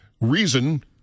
reason